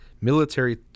military